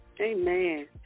Amen